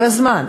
כל הזמן.